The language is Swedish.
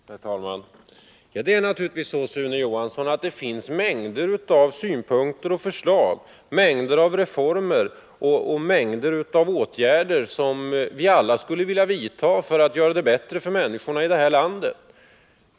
Herr talman! Det finns naturligtvis, Sune Johansson, mängder av synpunkter och förslag, mängder av reformer och mängder av åtgärder som vi alla skulle vilja vidta för att göra det bättre för människorna i det här landet.